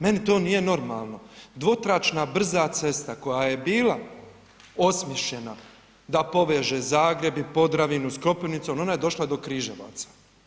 Meni to nije normalno, dvotračna brza cesta koja je bila osmišljena da poveže Zagreb i Podravinu s Koprivnicom, ona je došla do Križevaca.